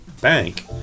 bank